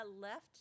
left